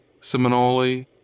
Seminole